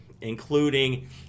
including